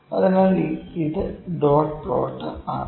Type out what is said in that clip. അതിനാൽ ഇത് dot plot ആണ്